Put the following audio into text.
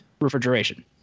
refrigeration